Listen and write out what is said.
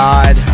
God